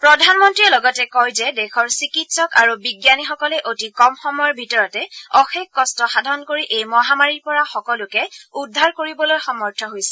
প্ৰধানমন্ত্ৰীয়ে লগতে কয় যে দেশৰ চিকিৎসক আৰু বিজ্ঞানীসকলে অতি কম সময়ৰ ভিতৰতে অশেষ কষ্ট সাধন কৰি এই মহামাৰীৰ পৰা সকলোকে উদ্ধাৰ কৰিবলৈ সমৰ্থ হৈছে